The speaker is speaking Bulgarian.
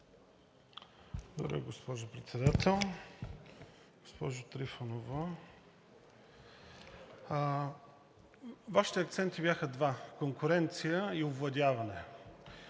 госпожо Председател. Госпожо Трифонова, Вашите акценти бяха два – конкуренция и овладяване.